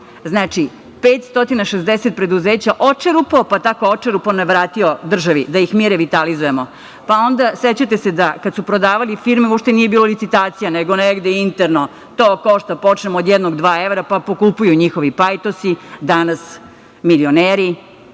Znači, 560 preduzeća očerupao, pa tako očerupane vratio državi da ih mi revitalizujemo. Pa, onda sećate se kad su prodavali firme, uopšte nije bilo licitacija nego negde interno, to košta, počnemo od jednog, dva evra pa pokupuju njihovi pajtosi, a danas milioneri.